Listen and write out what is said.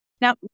Now